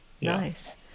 Nice